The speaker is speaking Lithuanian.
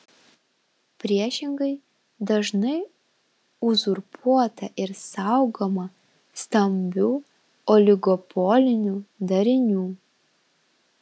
priešingai dažnai uzurpuota ir saugoma stambių oligopolinių darinių